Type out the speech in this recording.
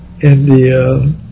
India